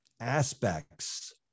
aspects